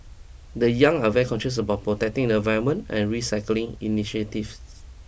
the young are very conscious about protecting the environment and recycling initiatives